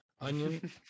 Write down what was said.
onion